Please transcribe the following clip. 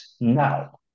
now